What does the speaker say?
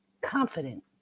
confident